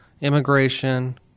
immigration